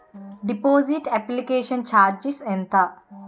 Deposit application charges ఎంత?